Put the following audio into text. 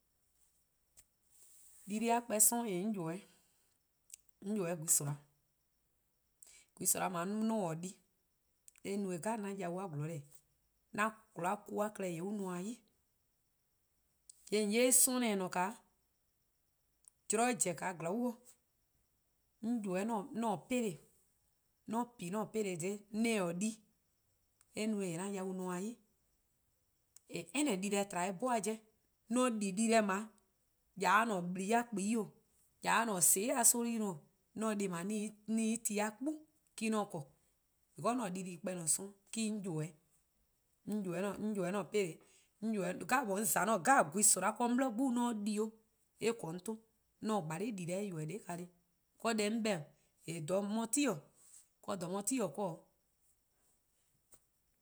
Dii-deh+-a kpor+ 'sororn en 'on ybeh-a 'on ybeh-dih gwehn soma', gwehn aoma' :mlor :mor 'on :taa-or di, eh no-a deh 'jeh 'an yau-a 'zorn-deh, 'an 'zorn ku-a klehkpeh :yee' an nmor-: 'yi. :yee' :on 'ye 'sororn' :ne :eh :ne-a 'o, :mor zorn zen zorn bo 'on ybeh 'an-a 'peleh:, :mor 'on pi 'an-a' 'peleh dha :daa :mor 'on :taa-eh di :dha :daa, :yee' eh no-eh 'an yau-a nmor-: 'yi. :mor any dii-deh tba 'o en 'bhun-a 'jeh, :mor 'on di dii-deh :dao', :ya 'de :an-a' :blii'-a kpuan+ 'o, :ya 'de :an-a' :soon'+-a soma' 'i, 'on se deh+ :dao' en-' ti-a 'kpu :korn. Because 'an dii-deh: en :korn-a 'dlu+ :ne-a 'sororn' me-: 'on ybeh-dih'. 'on ybeh-' 'an 'peleh:, 'on ybeh 'jeh :mor 'on :za 'an-a'a: gwehn-soma' 'jeh 'de on 'bli 'gbu :mor 'on di or :yee' eh :korn 'on 'ton, 'on se dii-deh 'sluh-' :ybeh-dih :neheh'. :yee' :dha 'on 'ye-a ti-dih, 'do :dha 'on 'ye-a 'ti-dih 'do 'o.